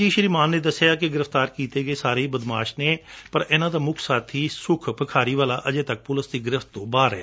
D I G Hardial Singh Mann ਨੇ ਦਸਿਆ ਕਿ ਗ੍ਰਿਫ਼ਤਾਰ ਕੀਤੇ ਸਾਰੇ ਹੀ ਬਦਮਾਸ਼ ਨੇ ਪਰ ਇਨੂਾਂ ਦਾ ਮੁੱਖ ਸਾਥੀ ਸੁਖ ਭਿਖਾਰੀਵਾਲਾ ਅਜੇ ਤੱਕ ਪੁਲਿਸ ਦੀ ਗ੍ਰਿਫ਼ਤ ਤੋਂ ਬਾਹਰ ਨੇ